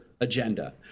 agenda